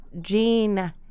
Gene